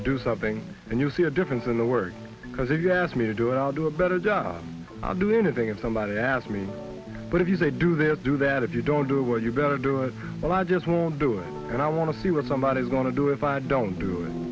to do something and you'll see a difference in the work because if you ask me to do it i'll do a better job i'll do anything if somebody asked me but if you say do they do that if you don't do well you better do it well i just won't do it and i want to see what somebody is going to do if i don't do